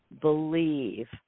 believe